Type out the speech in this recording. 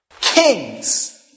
Kings